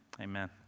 amen